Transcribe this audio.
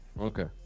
Okay